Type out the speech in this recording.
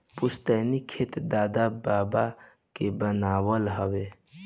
पुस्तैनी खेत दादा बाबा के बनावल हवे